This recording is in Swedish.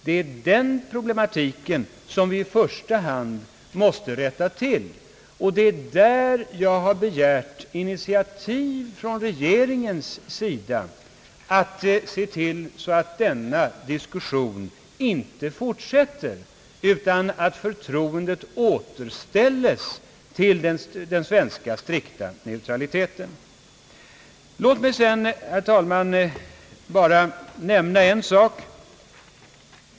Det är den problematiken som vi i första hand måste komma till rätta med, och det är där jag har begärt initiativ från regeringens sida att se till att förtroendet till den strikta svenska neutraliteten återställes. Låt mig sedan, herr talman, säga en sak.